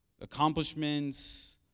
accomplishments